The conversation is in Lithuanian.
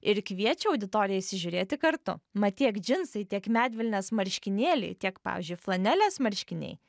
ir kviečia auditoriją įsižiūrėti kartu mat tiek džinsai tiek medvilnės marškinėliai tiek pavyzdžiui flanelės marškiniai